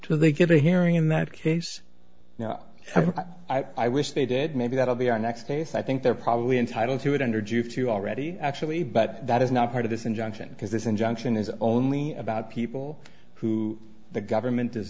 to they get a hearing in that case now i wish they did maybe that will be our next case i think they're probably entitled to it under due to already actually but that is not part of this injunction because this injunction is only about people who the government does